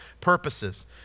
purposes